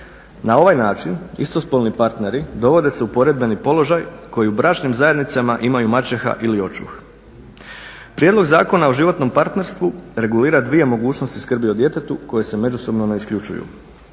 Na ovaj način istospolni parteri dovode se u poredbeni položaj koji u bračnim zajednicama imaju maćeha ili očuh. Prijedlog Zakona o životnom partnerstvu regulira dvije mogućnosti skrbi o djetetu koje se međusobno ne isključuju.